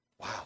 Wow